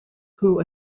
who